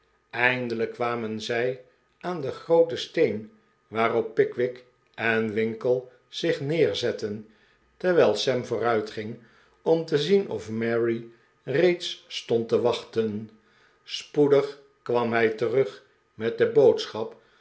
eindelijk kwamen zij aan den grooten steen waarop pickwick en winkle zich neerzetten terwijl sam vooruitging om te zien of mary reeds stond te wachten spoedig kwam hij terug met de boodschap